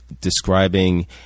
describing